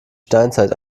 steinzeit